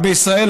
גם בישראל,